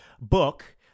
book